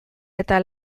eta